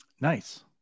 Nice